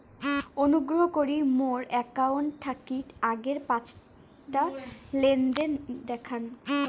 অনুগ্রহ করি মোর অ্যাকাউন্ট থাকি আগের পাঁচটা লেনদেন দেখান